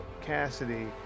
Cassidy